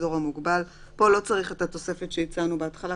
באזור המוגבל" פה לא צריך את התוספת שהצענו בהתחלה,